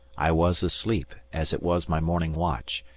i was asleep, as it was my morning watch,